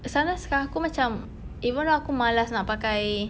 sometimes sekarang aku macam even though aku malas nak pakai